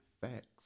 facts